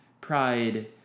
Pride